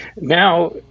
now